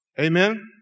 Amen